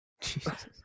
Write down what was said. Jesus